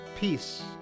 peace